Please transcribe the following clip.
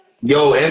Yo